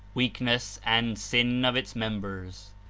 weakness and sin of its members,